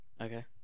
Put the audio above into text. okay